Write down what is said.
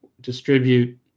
distribute